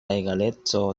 egaleco